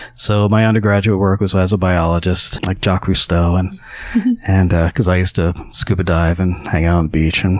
so my undergraduate work was as a biologist, like jacques cousteau, and and cause i used to scuba dive and hang out beach. and